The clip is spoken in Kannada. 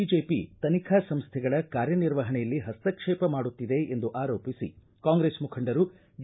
ಬಿಜೆಪಿ ತನಿಖಾ ಸಂಸ್ಥೆಗಳ ಕಾರ್ಯನಿರ್ವಹಣೆಯಲ್ಲಿ ಹಸ್ತಕ್ಷೇಪ ಮಾಡುತ್ತಿದೆ ಎಂದು ಆರೋಪಿಸಿ ಕಾಂಗ್ರೆಸ್ ಮುಖಂಡರು ಡಿ